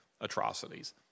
atrocities